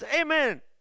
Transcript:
Amen